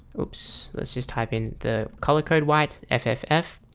oops, let's just type in the color code white ffffff.